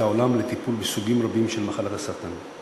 העולם לטיפול בסוגים רבים של מחלת הסרטן.